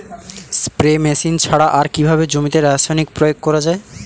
Spray machine ছাড়া আর কিভাবে জমিতে রাসায়নিক প্রয়োগ করা যায়?